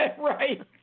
right